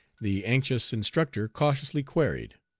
the anxious instructor cautiously queried